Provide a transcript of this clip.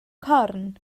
corn